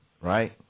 right